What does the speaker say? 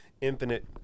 infinite